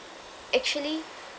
actually